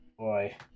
Boy